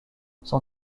son